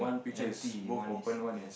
empty one is a